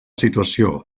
situació